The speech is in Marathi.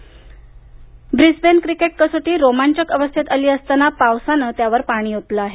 क्रिकेट ब्रिस्बेन क्रिकेट कसोटी रोमांचक अवस्थेत आली असताना पावसानं त्यावर पाणी ओतलं आहे